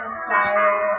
style